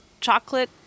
chocolate